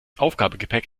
aufgabegepäck